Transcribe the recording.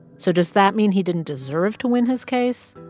so does that mean he didn't deserve to win his case?